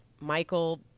Michael